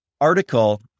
article